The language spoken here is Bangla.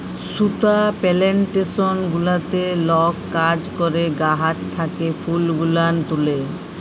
সুতা পেলেনটেসন গুলাতে লক কাজ ক্যরে গাহাচ থ্যাকে ফুল গুলান তুলে